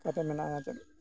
ᱢᱮᱱᱟᱜᱼᱟ ᱪᱮᱫ